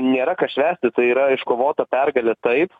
nėra ką švęsti tai yra iškovota pergalė taip